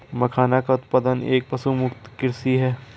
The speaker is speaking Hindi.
मखाना का उत्पादन एक पशुमुक्त कृषि है